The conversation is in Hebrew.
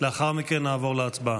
לאחר מכן נעבור להצבעה.